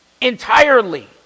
entirely